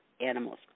animals